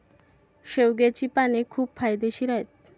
शेवग्याची पाने खूप फायदेशीर आहेत